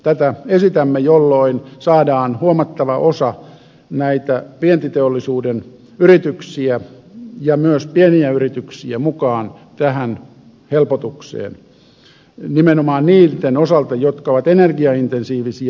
tätä esitämme jolloin saadaan huomattava osa vientiteollisuuden yrityksiä ja myös pieniä yrityksiä mukaan tähän helpotukseen nimenomaan niiden osalta jotka ovat energiaintensiivisiä